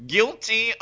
Guilty